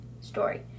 story